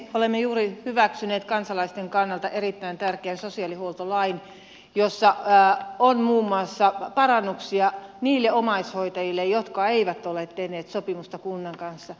olemme juuri hyväksyneet kansalaisten kannalta erittäin tärkeän sosiaalihuoltolain jossa on muun muassa parannuksia niille omaishoitajille jotka eivät ole tehneet sopimusta kunnan kanssa